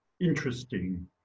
interesting